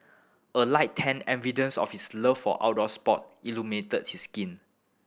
a light tan evidence of his love for outdoor sport illuminated his skin